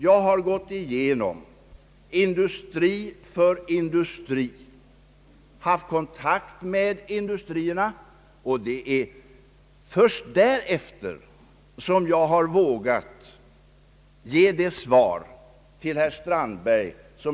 Jag har haft kontakter med industri för industri och först därefter i dag vågat lämna ett svar till herr Strandberg.